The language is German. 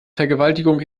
vergewaltigung